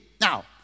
Now